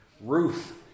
Ruth